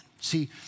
See